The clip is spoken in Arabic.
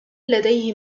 لديه